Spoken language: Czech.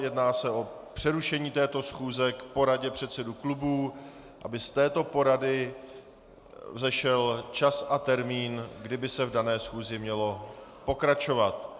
Jedná se o přerušení této schůze k poradě předsedů klubů, aby z této porady vzešel čas a termín, kdy by se v dané schůzi mělo pokračovat.